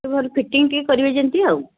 ସେ ଭଲ ଫିଟିଙ୍ଗ୍ ଟିକେ କରିବେ ଯେମିତି ଆଉ